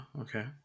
Okay